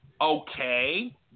okay